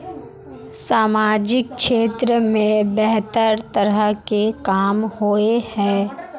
सामाजिक क्षेत्र में बेहतर तरह के काम होय है?